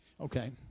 Okay